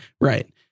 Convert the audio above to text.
Right